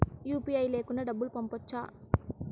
UPI లేకుండా డబ్బు పంపొచ్చా